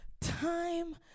time